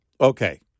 Okay